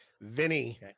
Vinny